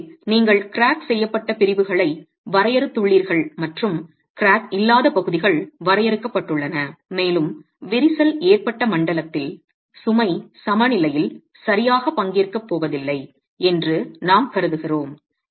எனவே நீங்கள் கிராக் செய்யப்பட்ட பிரிவுகளை வரையறுத்துள்ளீர்கள் மற்றும் கிராக் இல்லாத பகுதிகள் வரையறுக்கப்பட்டுள்ளன மேலும் விரிசல் ஏற்பட்ட மண்டலத்தில் சுமை சமநிலையில் சரியாக பங்கேற்கப் போவதில்லை என்று நாம் கருதுகிறோம்